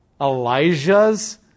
Elijah's